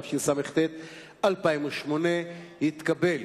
התשס"ט 2008. הצבעה.